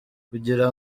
kugira